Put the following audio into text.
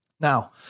Now